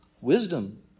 wisdom